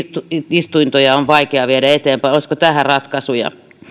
istuntoja on vaikea viedä eteenpäin olisiko tähän ratkaisuja